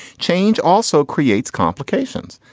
change also creates complications.